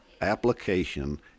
application